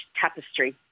tapestry